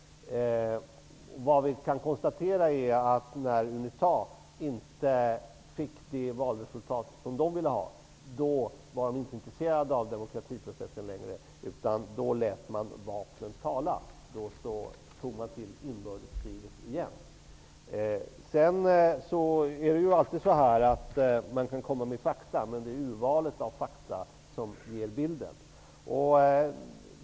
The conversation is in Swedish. Vi kan konstatera att Unita, när man inte fick det valresultat man ville ha, inte längre var intresserat av demokratiprocessen utan lät vapnen tala och tog till inbördeskriget igen. Vi kan komma med fakta, men det är alltid urvalet av fakta som präglar bilden.